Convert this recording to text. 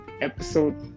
episode